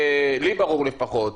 לי ברור לפחות,